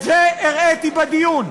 את זה הראיתי בדיון,